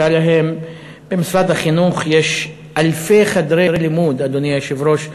במשרד החינוך, אדוני היושב-ראש,